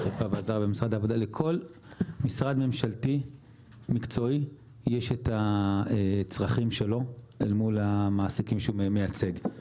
לכל משרד ממשלתי מקצועי יש את הצרכים שלו אל מול המעסיקים שהוא מייצג.